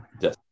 Yes